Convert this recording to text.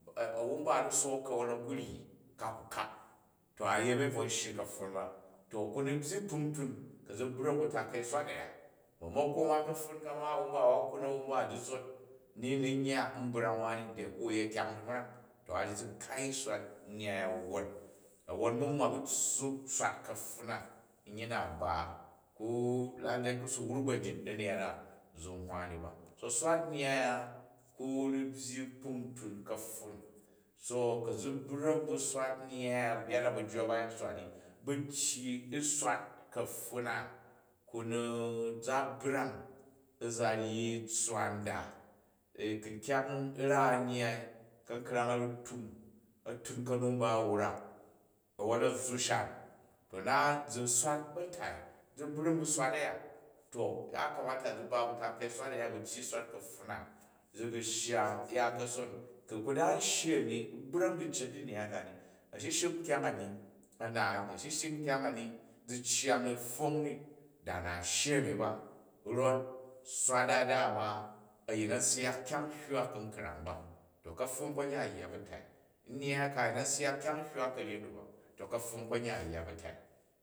Awumba a̱ru̱ sook kawon a̱ ku ryi ka ku kap to uyemi bvu u shyi kapfun ba. To kuni byyi kpuntun ku̱ zi bra̱k bu taka̱i swat a̱ya. Maimako ma ka̱pfun ka ma a̱wumba, a̱ wa kun a̱wu̱mba di zot, ni n ni n yya n ni brang nde ku wu yet kyang dimrang. To a ryi zi kai swat nnyyai ya wwon, a̱wwon u̱ mu nwwa bu tssup swat kapfun na, nyyi na ba lallei ku si wruk ba njit u diniya na, ba zi nwwa ni ba. To swat nnyyai a ku byyi kpuntun ka̱pfun so ku̱ zi brak bu swat, so ku̱ zi brak bu swat nnyyai ya, yada ba̱jju ba ba yin swat ni, bu tyyi u swat kapfun na, ku ni za brang, u za ryi tsswa nda. Ku kyang ra nnyyai ka̱nkrang a̱ru̱ tung, a̱ tun ka̱nu mba a̱ wrak, a̱wwon a zzu shan. To na zi swat ba̱tai zi brung bu swat a̱ya. To yakamata zi ba bu taka̱i swat aya bu tyyi u̱ swat ka̱pfun na, zi gu̱ shya ya ka̱son, to ku da n shyi a̱ni u̱ bra̱k chicet chi nnyyai kani, a̱shirshik nkyang a̱ni, a̱ na, a̱shirshik u̱kyang a̱ni zi aygn ko ni da na u shyi a̱mi ba kot swat a dama, a̱yin a̱n syak kyang sujwa ka̱nkrang ba. To ka̱ptun ko mjan a̱ yya batai. Nnyya ka a̱yin a̱n syak kyong hywa ba̱nyet nu ba to ka̱pfun to kapfun konyan yya la̱tai